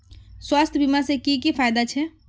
स्वास्थ्य बीमा से की की फायदा छे?